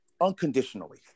unconditionally